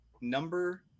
number